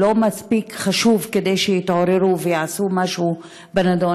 הוא לא מספיק חשוב כדי שיתעוררו ויעשו משהו בנדון?